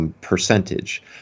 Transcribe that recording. percentage